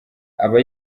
aba